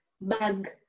bag